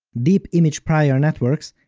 deep image prior networks,